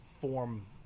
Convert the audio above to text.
form